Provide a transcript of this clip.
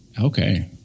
Okay